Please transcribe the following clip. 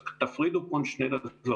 אז תפרידו פה בין שני דברים.